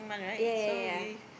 ya ya ya ya